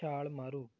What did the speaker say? ਛਾਲ ਮਾਰੋ